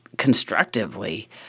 constructively